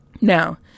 Now